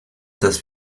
dass